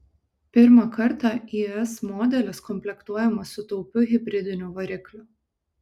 pirmą kartą is modelis komplektuojamas su taupiu hibridiniu varikliu